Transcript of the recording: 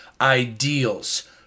ideals